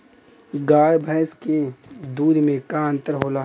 गाय भैंस के दूध में का अन्तर होला?